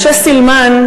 משה סילמן,